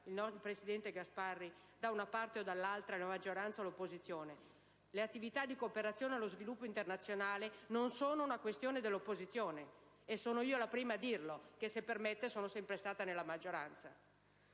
- l'appartenenza ad una parte o ad un'altra, alla maggioranza o all'opposizione: le attività di cooperazione allo sviluppo internazionale non sono una questione dell'opposizione, sono io la prima a dirlo, che - se permette - sono sempre stata nella maggioranza.